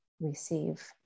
receive